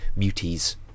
muties